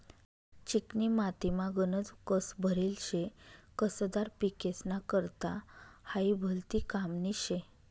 चिकनी मातीमा गनज कस भरेल शे, कसदार पिकेस्ना करता हायी भलती कामनी शे